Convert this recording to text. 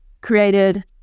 created